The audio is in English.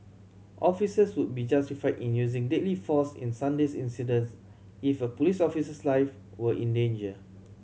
officers would be justified in using deadly force in Sunday's incidents if a police officer's life were in danger